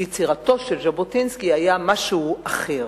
ביצירתו של ז'בוטינסקי היה משהו אחר,